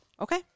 Okay